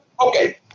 Okay